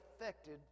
affected